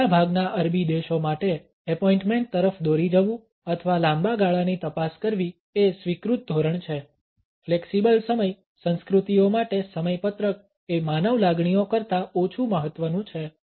મોટાભાગના અરબી દેશો માટે એપોઇન્ટમેન્ટ તરફ દોરી જવું અથવા લાંબા ગાળાની તપાસ કરવી એ સ્વીકૃત ધોરણ છે ફ્લેક્સિબલ સમય સંસ્કૃતિઓ માટે સમયપત્રક એ માનવ લાગણીઓ કરતાં ઓછું મહત્વનું છે